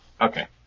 Okay